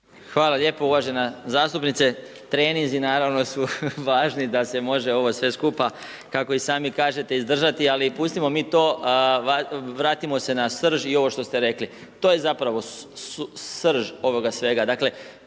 Hvala lijepo uvažena zastupnice. Treninzi naravno su važni da se može ovo sve skupa, kako i sami kažete izdržati, ali pustimo mi to. Vratimo se na srž i ovo što ste rekli. To je zapravo srž ovoga svega.